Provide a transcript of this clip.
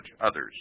others